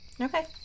Okay